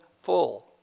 full